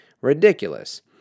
ridiculous